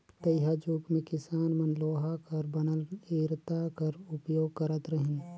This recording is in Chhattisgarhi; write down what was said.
तइहाजुग मे किसान मन लोहा कर बनल इरता कर उपियोग करत रहिन